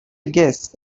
guess